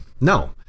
No